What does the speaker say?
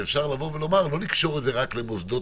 שאפשר לומר לא לקשור את זה רק למוסדות